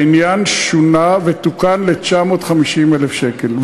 העניין שונה ותוקן ל-950,000 שקל.